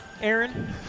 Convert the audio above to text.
Aaron